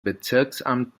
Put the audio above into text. bezirksamt